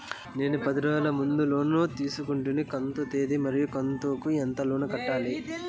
నేను పది రోజుల ముందు లోను తీసుకొంటిని కంతు తేది మరియు కంతు కు ఎంత లోను కట్టాలి?